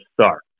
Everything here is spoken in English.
start